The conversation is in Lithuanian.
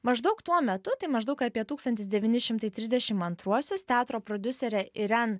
maždaug tuo metu tai maždaug apie tūkstantis devyni šimtai trisdešim antruosius teatro prodiuserė iren